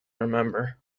remember